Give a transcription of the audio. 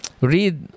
read